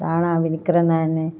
धाणा बि निकिरंदा आहिनि